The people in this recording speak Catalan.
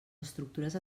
estructures